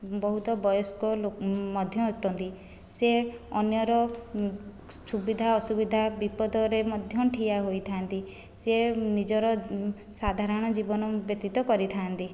ବହୁତ ବୟସ୍କ ଲୋ ମଧ୍ୟ ଅଟନ୍ତି ସେ ଅନ୍ୟର ସୁବିଧା ଅସୁବିଧା ବିପଦରେ ମଧ୍ୟ ଠିଆ ହୋଇଥାନ୍ତି ସେ ନିଜର ସାଧାରଣ ଜୀବନ ବ୍ୟତୀତ କରିଥାନ୍ତି